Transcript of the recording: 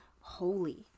holy